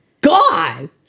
god